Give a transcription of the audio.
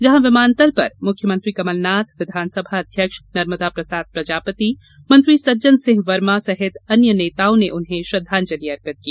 जहां विमानतल पर मुख्यमंत्री कमलनाथ विधानसभा अध्यक्ष नर्मदा प्रसाद प्रजापति मंत्री सज्जन सिंह वर्मा सहित अन्य नेताओं ने उन्हें श्रद्वांजलि अर्पित की